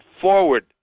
forward